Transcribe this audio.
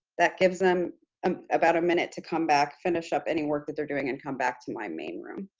that gives them um about a minute to come back, finish up any work that they're doing and come back to my main room.